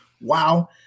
wow